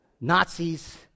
Nazis